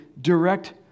direct